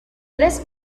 tres